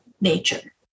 nature